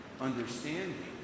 understanding